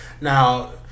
now